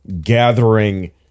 gathering